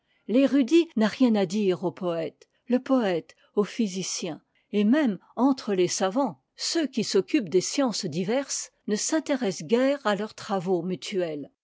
l'érudit n'a rien à dire au poëte le poëte au physicien et même entre les savants ceux qui s'occupent de sciences diverses ne s'intéressent guère à leurs travaux mutuels